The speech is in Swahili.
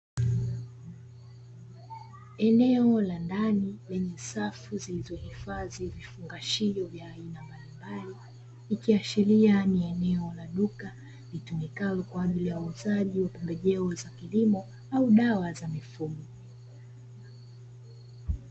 Eneo la ndani lenye safu zilizohifadhi vifungashio vya aina mbalimbali, ikiashiria ni eneo la duka litumikalo kwa ajili ya uuzaji wa pembejeo za kilimo au dawa za mifugo.